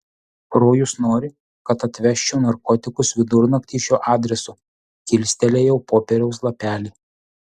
rojus nori kad atvežčiau narkotikus vidurnaktį šiuo adresu kilstelėjau popieriaus lapelį